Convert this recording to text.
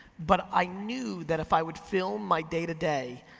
but i knew that if i would film my day to day,